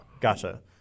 Gotcha